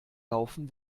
laufen